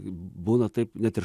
būna taip net ir